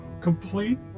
complete